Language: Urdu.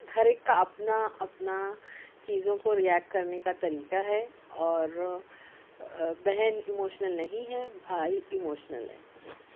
ہر ایک کا اپنا اپنا چیزوں کو ریئیکٹ کرنے کا طریقہ ہے اور بہن ایموشنل نہیں ہے بھائی ایموشنل ہے